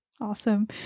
Awesome